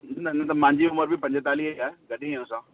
न न मुंहिंजी उमिरि बि पंजतालीह ई आहे गॾ ई आहियूं असां